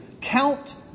Count